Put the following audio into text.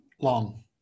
long